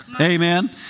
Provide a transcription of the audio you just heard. Amen